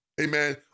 Amen